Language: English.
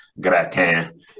gratin